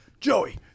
Joey